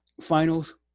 finals